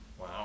Wow